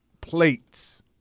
plates